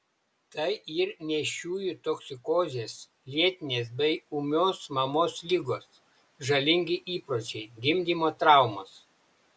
tai ir nėščiųjų toksikozės lėtinės bei ūmios mamos ligos žalingi įpročiai gimdymo traumos